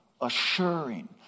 assuring